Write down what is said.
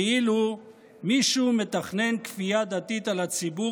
כאילו מישהו מתכנן כפייה דתית על הציבור